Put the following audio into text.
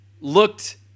looked